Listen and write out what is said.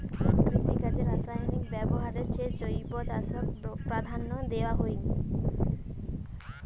কৃষিকাজে রাসায়নিক ব্যবহারের চেয়ে জৈব চাষক প্রাধান্য দেওয়াং হই